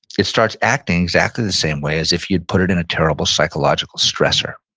it starts acting exactly the same way as if you'd put it in a terrible psychological stressor,